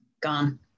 gone